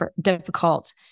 difficult